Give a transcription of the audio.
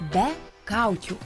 be kaukių